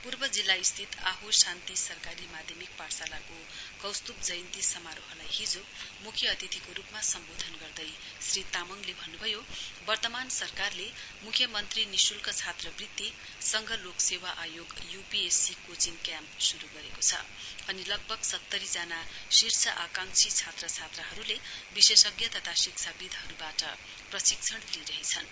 पूर्व जिल्ला स्थित आहो शान्ति सरकारी माध्यमिक पाठशालाको कौस्तुभ जयन्ती समारोहलाई हिजो मुख्य अतिथिको रूपमा सम्बोधन गर्दै श्री तामाङले भन्नुभयो वर्तमान सरकारले मुख्यमन्त्री निशुक्त छात्रवृत्ति संघ लोक सेवा आयोग यूपीएससी कोचिङ क्याम्प शुरु गरेको छ अनि लगभग सत्तरी जना शीर्ष आकांक्षी छात्र छात्राहरूले विशेषज्ञ तथा शिक्षा विद्हरूबाट प्रशिक्षण लिइरहेछन्